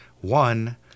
one